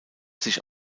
sich